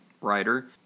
writer